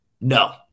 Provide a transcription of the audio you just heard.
No